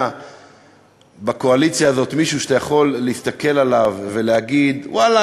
היה בקואליציה הזאת מישהו שאתה יכול להסתכל עליו ולהגיד: ואללה,